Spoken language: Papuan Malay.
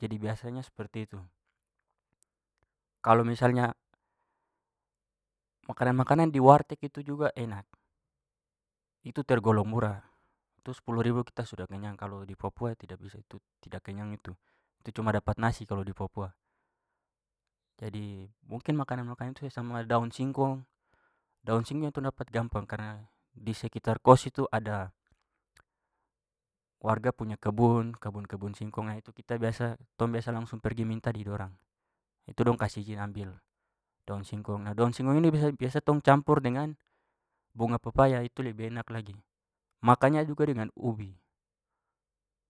Jadi biasanya seperti itu. Kalau misalnya makanan-makanan yang di warteg itu juga enak. Itu tergolong murah. Itu sepuluh ribu kita sudah kenyang. Kalau di papua tidak bisa itu, tidak kenyang itu. Itu cuma dapat nasi kalau di papua. Jadi mungkin makanan-makanan itu juga sama daun singkong. Daun singkong yang tong dapat gampang karena di sekitar kost itu ada warga punya kebun- kebun-kebun singkong nah itu kita biasa- tong biasa langsung pergi minta di dorang, itu dong kasih ijin ambil daun singkong. Nah, daun singkong ini biasa- biasa tong campur dengan bunga pepaya itu lebih enak lagi. Makannya juga dengan ubi.